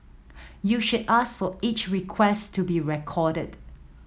you should ask for each request to be recorded